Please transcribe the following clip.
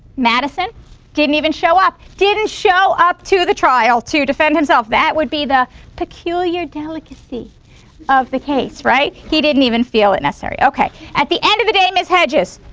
madison didn't even show up. didn't show up to the trial to defend himself. that would be the peculiar delicacy of the case, right, he didn't even feel it necessary. okay, at the end of the day ms. hedges,